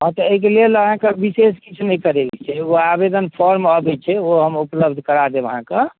हँ तऽ एहिके लेल अहाँके विशेष किछु नहि करैके छै एगो आवेदन फॉर्म अबै छै ओ हम उपलब्ध करा देब अहाँके